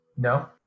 No